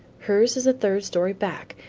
hers is the third story back,